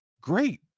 great